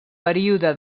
període